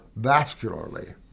vascularly